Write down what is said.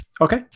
Okay